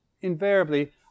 invariably